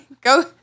Go